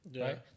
Right